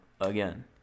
again